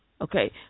okay